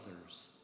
others